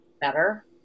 better